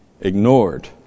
ignored